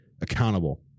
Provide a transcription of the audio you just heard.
accountable